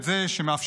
זה בחוק --- בחוק.